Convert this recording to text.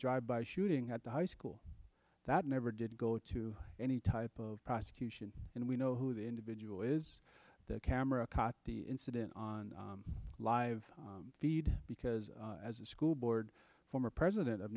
drive by shooting at the high school that never did go to any type of prosecution and we know who the individual is the camera caught the incident on live feed because as a school board former president of